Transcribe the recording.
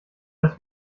dass